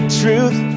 truth